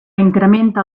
incrementa